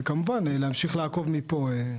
וכמובן, להמשיך לעקוב מפה.